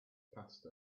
passed